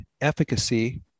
efficacy